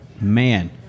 man